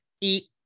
eat